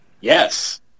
Yes